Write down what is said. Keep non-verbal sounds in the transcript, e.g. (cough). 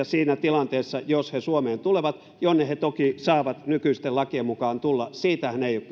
(unintelligible) siinä tilanteessa jos he suomeen tulevat jonne he toki saavat nykyisten lakien mukaan tulla siitähän ei ole (unintelligible)